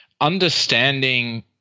understanding